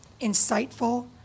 insightful